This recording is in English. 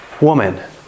woman